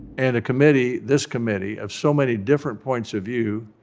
and a committee, this committee, of so many different points of view,